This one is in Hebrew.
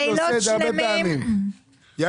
זה